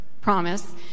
promise